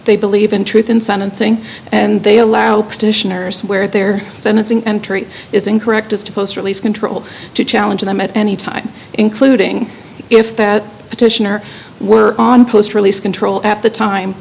they believe in truth in sentencing and they allow petitioners where their sentencing entry is incorrect as to post release control to challenge them at any time including if that petitioner were on post release control at the time